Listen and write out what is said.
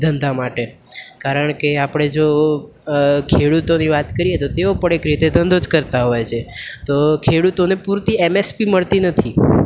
ધંધા માટે કારણ કે આપણે જો ખેડૂતોની વાત કરીએ તો તેઓ પણ એક રીતે ધંધો જ કરતા હોય છે તો ખેડૂતોને પૂરતી એમએસપી મળતી નથી